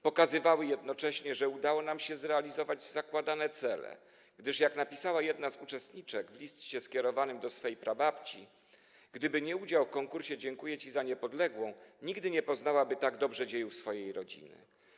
Pokazywały jednocześnie, że udało nam się zrealizować zakładane cele, gdyż jedna z uczestniczek napisała w liście skierowanym do swej prababci, że gdyby nie udział w konkursie „Dziękuję Ci za Niepodległą”, nigdy nie poznałaby tak dobrze dziejów swojej rodziny.